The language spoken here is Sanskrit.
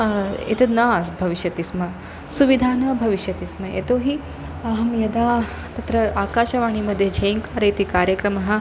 एतत् न आसि भविष्यति स्म सुविधा न भविष्यति स्म यतोहि अहं यदा तत्र आकाशवाणीमध्ये झैङ्कार इति कार्यक्रमः